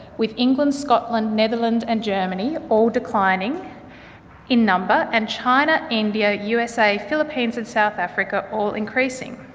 with england, scotland, netherlands and germany all declining in number, and china, india, usa, philippines and south africa all increasing.